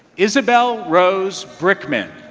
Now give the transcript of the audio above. isabel rose brickman.